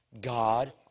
God